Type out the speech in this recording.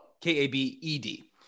k-a-b-e-d